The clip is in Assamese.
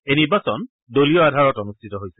এই নিৰ্বাচন দলীয় আধাৰত অনুষ্ঠিত হৈছে